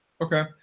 Okay